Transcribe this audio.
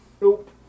Nope